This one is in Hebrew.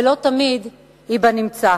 ולא תמיד היא בנמצא.